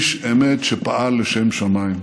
איש אמת שפעל לשם שמיים.